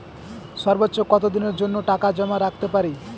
সর্বোচ্চ কত দিনের জন্য টাকা জমা রাখতে পারি?